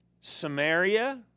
Samaria